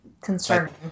concerning